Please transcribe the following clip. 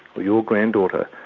your grand-daughter.